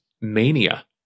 mania